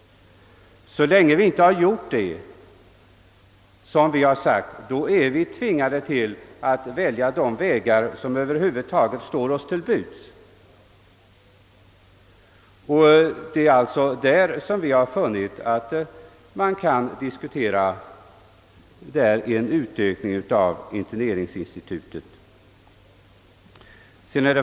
Så länge vi inte har gjort det är vi tvingade att välja de vägar som över huvud taget står oss till buds. Av den anledningen har vi ansett att man kan diskutera en utökning av interneringsinstitutet.